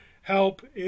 help